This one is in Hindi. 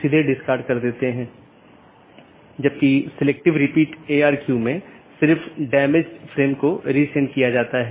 मीट्रिक पर कोई सार्वभौमिक सहमति नहीं है जिसका उपयोग बाहरी पथ का मूल्यांकन करने के लिए किया जा सकता है